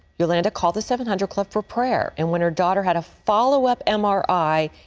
yolanda called the seven hundred club for prayer, and when her daughter had a followup m r i,